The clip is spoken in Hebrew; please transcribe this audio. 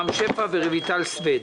רם שפע ורויטל סויד.